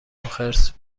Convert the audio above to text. خرس